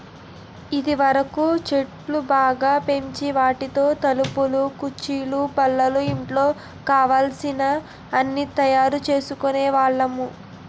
ఇదివరకు చెట్లు బాగా పెంచి వాటితో తలుపులు కుర్చీలు బల్లలు ఇంట్లో కావలసిన అన్నీ తయారు చేసుకునే వాళ్ళమి